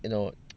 you know